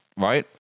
right